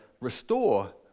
restore